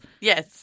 Yes